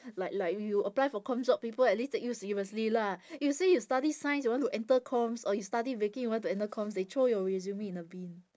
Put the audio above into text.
like like you apply for comm job people at least take you seriously lah if you say study science you want to enter comms or you study baking you want to enter comms they throw your resume in the bin